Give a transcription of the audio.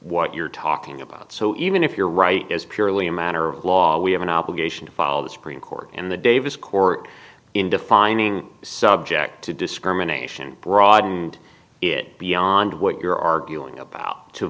what you're talking about so even if you're right is purely a matter of law we have an obligation to follow the supreme court and the davis court in defining subject to discrimination broaden it beyond what you're arguing about to